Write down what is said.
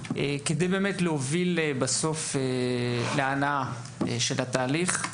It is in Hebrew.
וזאת כדי להוביל בסוף להנעה של התהליך.